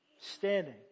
standing